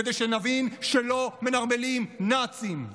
כדי שנבין שלא מנרמלים נאצים.